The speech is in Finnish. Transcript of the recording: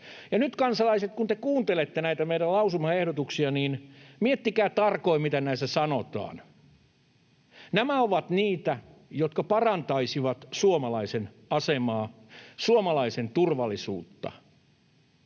nyt, kansalaiset, kun te kuuntelette näitä meidän lausumaehdotuksia, niin miettikää tarkoin, mitä näissä sanotaan. Nämä ovat niitä, jotka parantaisivat suomalaisen asemaa, suomalaisen turvallisuutta.